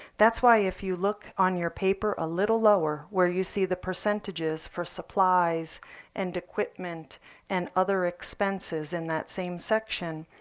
that's why if you look on your paper a little lower where you see the percentages for supplies and equipment and other expenses in that same section,